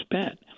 spent